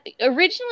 originally